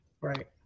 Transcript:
Right